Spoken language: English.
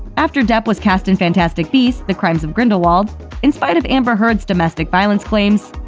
after depp was cast in fantastic beasts the crimes of grindelwald in spite of amber heard's domestic violence claims,